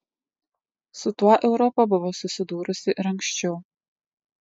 su tuo europa buvo susidūrusi ir anksčiau